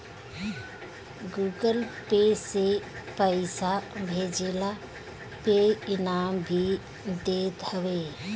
Google pay से पईसा भेजला पे इ इनाम भी देत हवे